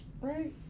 Right